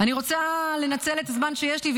אני רוצה לנצל את הזמן שיש לי,